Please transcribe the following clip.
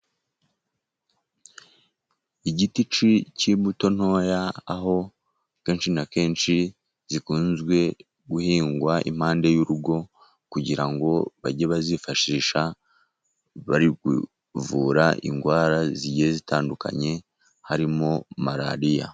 Igiti cy'imbuto ntoya, aho kenshi na kenshi zikunze guhingwa impande y'urugo, kugira ngo bajye bazifashisha bari kuvura indwara zigiye zitandukanye harimo malariya.